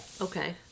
Okay